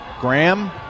Graham